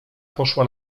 poszła